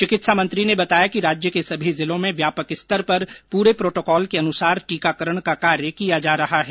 चिकित्सा मंत्री ने बताया कि राज्य के सभी जिलों में व्यापक स्तर पर पूरे प्रोटोकॉल के अनुसार टीकाकरण का कार्य किया जा रहा है